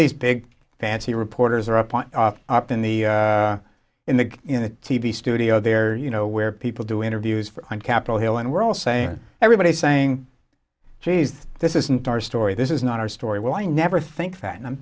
these big fancy reporters are up on up in the in the in the t v studio there you know where people do interviews for on capitol hill and we're all saying everybody saying geez this isn't our story this is not our story well i never think that and i'm